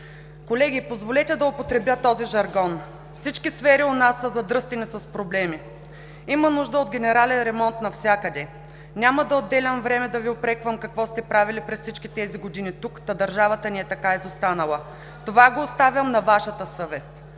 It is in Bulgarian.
Колеги, позволете да употребя този жаргон – всички сфери у нас са „задръстени“ с проблеми и има нужда от генерален ремонт навсякъде. Няма да отделям време да Ви упреквам какво сте правили през всичките тези години тук, та държавата ни е така изостанала, това го оставям на Вашата съвест.